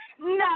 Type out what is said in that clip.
No